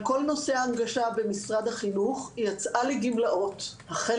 כל נושא ההנגשה במשרד החינוך יצאה לגמלאות החל